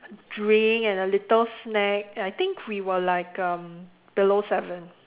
drink and a little snack and I think we were like um below seven